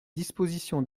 dispositions